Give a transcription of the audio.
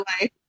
life